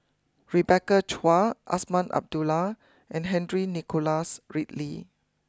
Rebecca Chua Azman Abdullah and Henry Nicholas Ridley